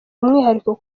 umwihariko